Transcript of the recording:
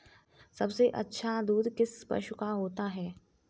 सबसे अच्छा दूध किस पशु का होता है?